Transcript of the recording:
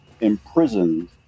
imprisoned